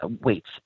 weights